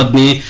ah be